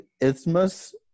isthmus